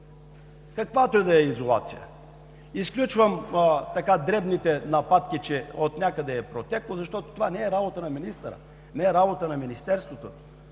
каквато и да е изолация, изключвам дребните нападки, че отнякъде е протекло, защото това не е работа на министъра, не е работа на Министерството,